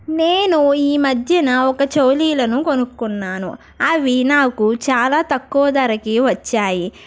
నేను ఈ మధ్యన ఒక చోలీలను కొనుక్కున్నాను అవి నాకు చాలా తక్కువ ధరకే వచ్చాయి